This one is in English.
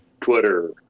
Twitter